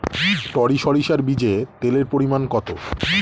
টরি সরিষার বীজে তেলের পরিমাণ কত?